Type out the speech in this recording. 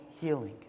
healing